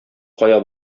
кая